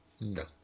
No